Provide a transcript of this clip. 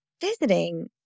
visiting